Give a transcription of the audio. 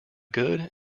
good